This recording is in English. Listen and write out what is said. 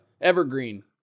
evergreen